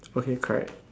okay correct